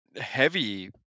heavy